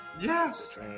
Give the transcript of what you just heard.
Yes